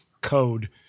code